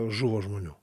žuvo žmonių